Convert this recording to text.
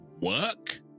work